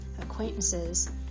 acquaintances